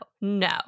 no